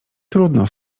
trudno